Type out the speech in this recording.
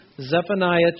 Zephaniah